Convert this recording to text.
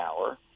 hour